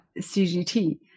cgt